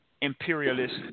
imperialist